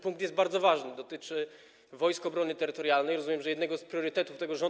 Punkt jest bardzo ważny, dotyczy Wojsk Obrony Terytorialnej, jak rozumiem, jednego z priorytetów tego rządu.